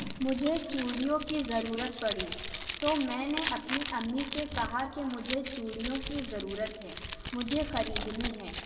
مجھے چوڑیوں کی ضرورت پڑی تو میں نے اپنی امی سے کہا کہ مجھے چوڑیوں کی ضرورت ہے مجھے خریدنی ہے